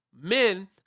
men